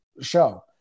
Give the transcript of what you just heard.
show